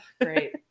great